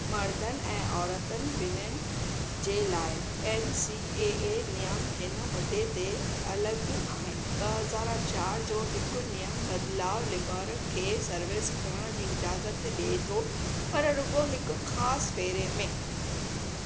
मर्दनि ऐं औरतनि ॿिन्हिनि जे लाइ एन सी ए ए नियम हिन मुद्दे ते अलॻि आहिनि ॿ हज़ार चारि जो हिकु नियम बदिलाउ लिबरो खे सर्विस करण जी इजाज़त डि॒ए थो पर रुगो॒ हिकु ख़ासि फेरे में